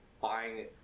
buying